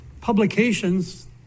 publications